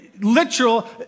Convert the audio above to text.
Literal